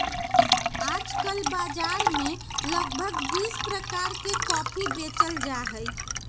आजकल बाजार में लगभग बीस प्रकार के कॉफी बेचल जाहई